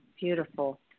Beautiful